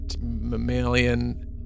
mammalian